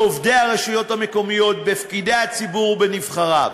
בעובדי הרשויות המקומיות, בפקידי הציבור ונבחריו